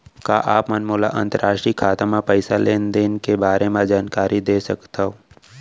का आप मन मोला अंतरराष्ट्रीय खाता म पइसा लेन देन के बारे म जानकारी दे सकथव?